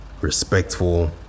respectful